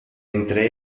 entre